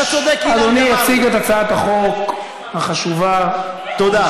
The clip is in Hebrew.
אתה צודק, אדוני יציג את הצעת החוק החשובה, תודה.